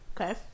Okay